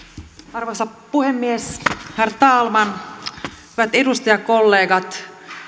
arvoisa puhemies herr talman hyvät edustajakollegat